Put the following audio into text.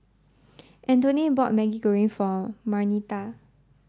Antonette bought maggi goreng for Marnita